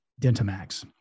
Dentamax